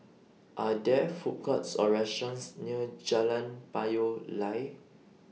Are There Food Courts Or restaurants near Jalan Payoh Lai